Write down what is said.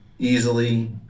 Easily